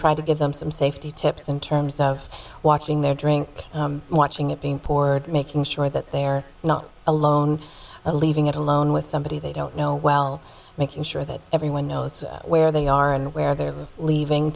trying to give them some safety tips in terms of watching their drink watching it being poured making sure that they're not alone leaving it alone with somebody they don't know well making sure that everyone knows where they are and where they're leaving